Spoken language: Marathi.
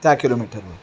त्या किलोमीटरवर